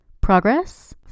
Progress